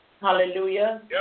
Hallelujah